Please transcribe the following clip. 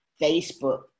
Facebook